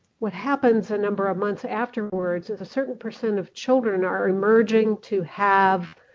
what happens a number of months afterwards, a certain percent of children are emerging to have